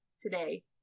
today